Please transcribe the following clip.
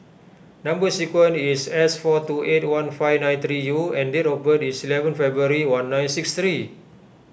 Number Sequence is S four two eight one five nine three U and date of birth is eleventh February one nine six three